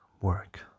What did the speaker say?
work